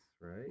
right